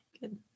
Good